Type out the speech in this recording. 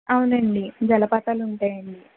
అవునండి జలపాతాలు ఉంటాయండి